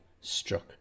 struck